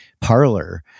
parlor